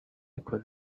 could